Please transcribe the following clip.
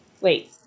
wait